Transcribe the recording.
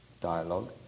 dialogue